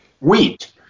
wheat